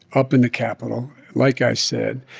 up in the capitol, like i said.